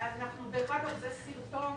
זה סרטון